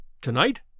tonight